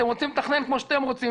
אתם רוצים לתכנן כמו שאתם רוצים,